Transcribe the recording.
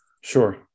sure